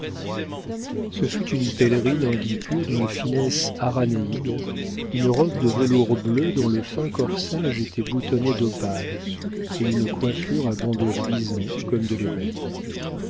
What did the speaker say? ce fut une pèlerine en guipure d'une finesse aranéide une robe de velours bleu dont le fin corsage était boutonné d'opales et une coiffure à bandeaux luisants comme de l'ébène